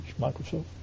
Microsoft